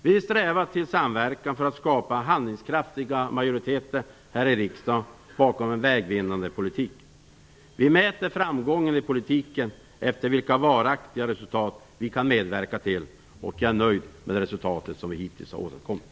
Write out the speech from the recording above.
Vi strävar till samverkan för att skapa handlingskraftiga majoriteter här i riksdagen bakom en vägvinnande politik. Vi mäter framgången i politiken efter vilka varaktiga resultat vi kan medverka till. Jag är nöjd med det resultat vi hittills har åstadkommit.